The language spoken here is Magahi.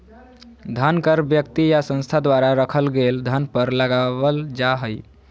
धन कर व्यक्ति या संस्था द्वारा रखल गेल धन पर लगावल जा हइ